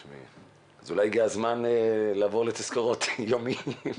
אז אולי הגיע הזמן לעבור לתזכורות יומיות.